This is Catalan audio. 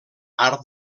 art